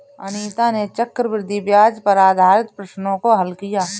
अनीता ने चक्रवृद्धि ब्याज पर आधारित प्रश्नों को हल किया